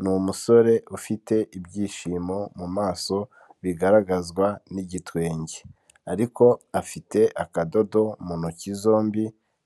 Ni umusore ufite ibyishimo mu maso bigaragazwa n'igitwenge ariko afite akadodo mu ntoki zombi